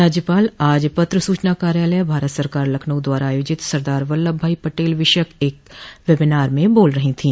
राज्यपाल आज पत्र सूचना कार्यालय भारत सरकार लखनऊ द्वारा आयोजित सरदार वल्लभ भाई पटेल विषयक एक वेबिनार में बोल रही थी